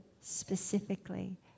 specifically